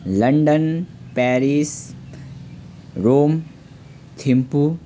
London Paris Rome Thimphu